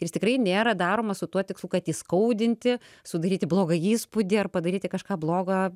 ir jis tikrai nėra daromas su tuo tikslu kad įskaudinti sudaryti blogą įspūdį ar padaryti kažką blogo